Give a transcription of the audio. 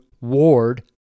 ward